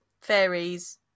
fairies